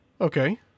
Okay